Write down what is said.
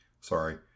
sorry